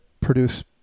produce